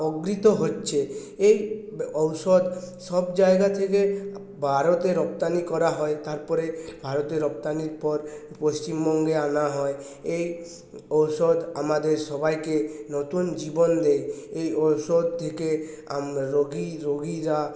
অগ্রিত হচ্ছে এই ঔষধ সব জায়গা থেকে ভারতে রপ্তানি করা হয় তারপরে ভারতে রপ্তানির পর পশ্চিমবঙ্গে আনা হয় এই ওষুধ আমাদের সবাইকে নতুন জীবন দেয় এই ঔষধ থেকে রোগী রোগীরা